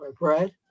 right